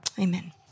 Amen